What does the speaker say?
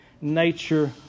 nature